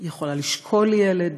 היא יכולה לשכול ילד,